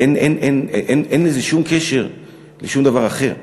אין לזה שום קשר לשום דבר אחר.